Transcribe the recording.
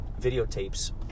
videotapes